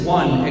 one